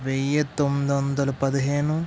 వెయ్యి తొమ్మిది వందల పదిహేను